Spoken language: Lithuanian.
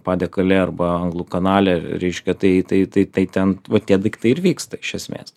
padekale arba anglų kanale reiškia tai tai tai tai ten va tie daiktai ir vyksta iš esmės